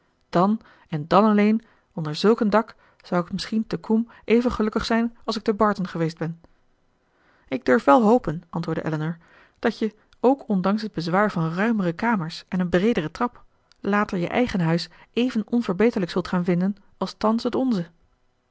dan en dàn alleen onder zulk een dak zou ik misschien te combe even gelukkig zijn als ik te barton geweest ben ik durf wel hopen antwoordde elinor dat je ook ondanks het bezwaar van ruimere kamers en een breedere trap later je eigen huis even onverbeterlijk zult gaan vinden als thans het onze